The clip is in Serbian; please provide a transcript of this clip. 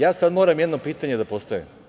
Sada ja moram jedno pitanje da postavim.